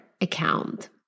account